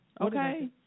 Okay